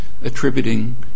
attributing